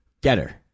Getter